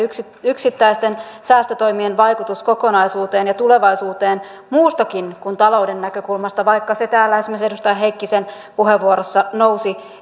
yksittäisten säästötoimien vaikutus kokonaisuuteen ja tulevaisuuteen muustakin kuin talouden näkökulmasta vaikka se täällä esimerkiksi edustaja heikkisen puheenvuorossa nousi